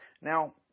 now